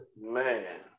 Man